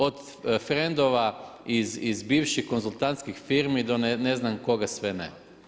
Od frendova iz bivših konzultantskih firmi, do ne znam, koga sve ne.